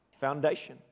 Foundation